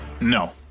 No